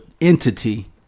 entity